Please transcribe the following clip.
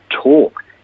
talk